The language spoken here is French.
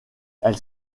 elle